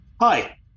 Hi